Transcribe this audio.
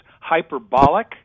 hyperbolic